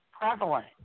Prevalent